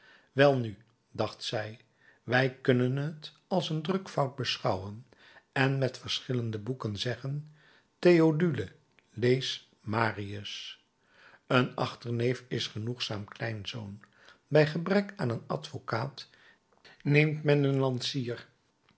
welnu dacht zij wij kunnen t als een drukfout beschouwen en met verschillende boeken zeggen theodule lees marius een achterneef is genoegzaam kleinzoon bij gebrek aan een advocaat neemt men een